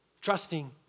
trusting